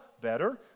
better